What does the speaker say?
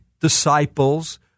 disciples